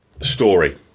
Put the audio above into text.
story